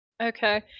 Okay